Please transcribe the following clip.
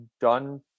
done